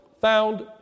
found